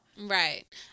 Right